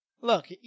Look